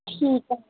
ਠੀਕ ਆ ਜੀ